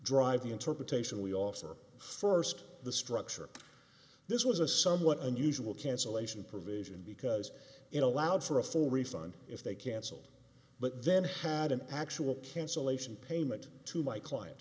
the interpretation we offer first the structure this was a somewhat unusual cancellation provision because it allowed for a full refund if they cancelled but then had an actual cancellation payment to my client